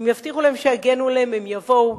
ואם יבטיחו שיגנו עליהן, הן יבואו,